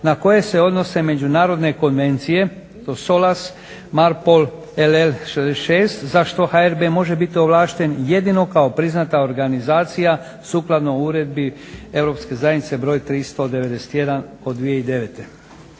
na koje se odnose međunarodne konvencije to SOLAS, MARPOL, LL 66 za što HRB može biti ovlašten jedino kao priznata organizacija sukladno Uredbi Europske zajednice 391/2009.